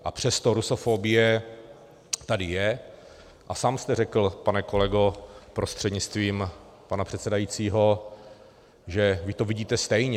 A přesto rusofobie tady je, a sám jste řekl, pane kolego, prostřednictvím pana předsedajícího, že vy to vidíte stejně.